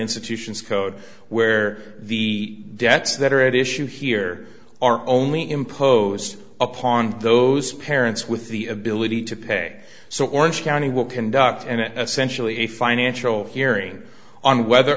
institutions code where the debts that are at issue here are only imposed upon those parents with the ability to pay so orange county will conduct and sensually a financial hearing on whether